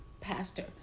pastor